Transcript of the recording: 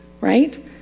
right